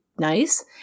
Nice